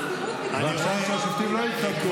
לפני שלוש וחצי שנים,